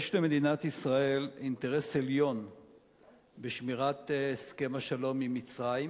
יש למדינת ישראל אינטרס עליון בשמירת הסכם השלום עם מצרים,